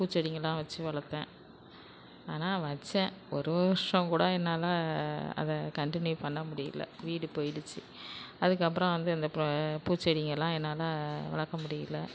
பூச்செடிங்களெலாம் வச்சு வளர்த்தேன் ஆனால் வைச்சேன் ஒரு வருஷம் கூட என்னால் அதை கண்டினியூ பண்ண முடியல வீடு போயிடிச்சு அதுக்கு அப்புறம் வந்து ப பூச்செடிங்களெலாம் என்னால் வளர்க்க முடியல